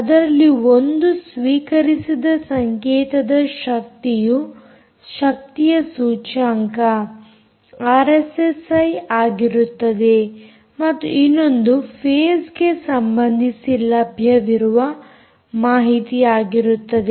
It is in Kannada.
ಅದರಲ್ಲಿ ಒಂದು ಸ್ವೀಕರಿಸಿದ ಸಂಕೇತದ ಶಕ್ತಿಯ ಸೂಚ್ಯಂಕ ಆರ್ಎಸ್ಎಸ್ಐ ಆಗಿರುತ್ತದೆ ಮತ್ತು ಇನ್ನೊಂದು ಫೇಸ್ಗೆ ಸಂಬಂಧಿಸಿ ಲಭ್ಯವಿರುವ ಮಾಹಿತಿಯಾಗಿರುತ್ತದೆ